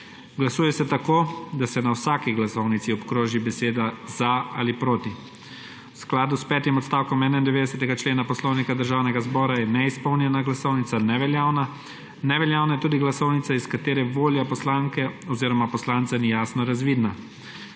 Glasuje se tako, da se na vsaki glasovnici obkroži beseda ZA ali beseda PROTI. V skladu s petim odstavkom 91. člena Poslovnika Državnega zbora je neizpolnjena glasovnica neveljavna, neveljavna je tudi glasovnica, iz katere volja poslanke oziroma poslanca ni jasno razvidna.